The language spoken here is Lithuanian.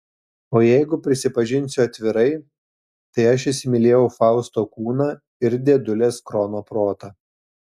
o jeigu prisipažinsiu atvirai tai aš įsimylėjau fausto kūną ir dėdulės krono protą